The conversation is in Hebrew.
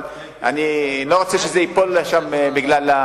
אבל אני לא רוצה שזה ייפול שם בגלל,